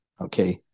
okay